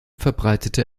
verbreitete